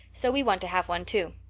so we want to have one, too.